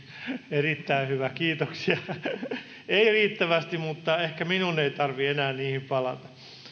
erittäin hyvä kiitoksia ei riittävästi mutta ehkä minun ei tarvitse enää niihin palata